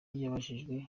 yabajijwe